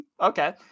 Okay